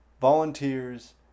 volunteers